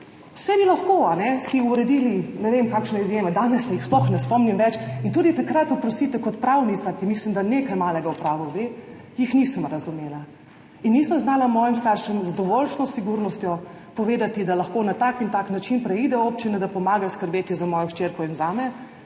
bi si lahko uredili ne vem kakšne izjeme. Danes se jih sploh ne spomnim več in tudi takrat, oprostite, kot pravnica, ki mislim, da nekaj malega pravil ve, jih nisem razumela in nisem znala mojim staršem z dovoljšno sigurnostjo povedati, da lahko na tak in tak način preide občine, da pomagajo skrbeti za mojo hčerko in zame,